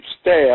staff